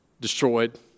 destroyed